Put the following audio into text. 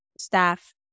Staff